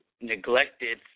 Neglected